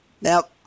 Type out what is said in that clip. Now